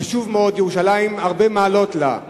חשוב מאוד, ירושלים, הרבה מעלות לה.